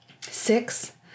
Six